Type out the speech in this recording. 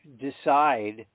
decide